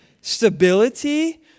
stability